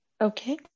Okay